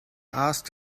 asked